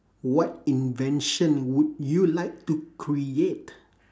what invention would you like to create